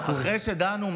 אחרי שדנו,